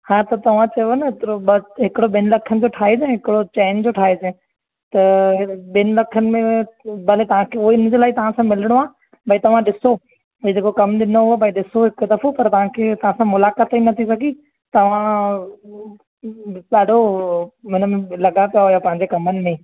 हा त तव्हां चयोव न हिकिड़ो ॿिनि लखनि जो ठाहे न हिकिड़ो चईनि जो ठाहिजे त ॿिनि लखनि में उहो भले तव्हांखे हूअं ई मुंहिंजे लाइ तव्हां सां मिलिणो आहे ॿई तव्हां ॾिसो इहे जेको कमु ॾिनो उहो ॿई ॾिसो हिकु दफ़ो पर तव्हांखे तव्हां सां मुलाकात ई न थी सघी तव्हां ॾाढो मतिलबु लगातार पंहिंजे कमनि में